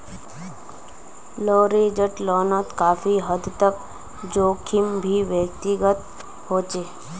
leveraged लोनोत काफी हद तक जोखिम भी व्यक्तिगत होचे